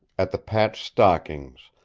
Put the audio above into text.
at the patched stockings,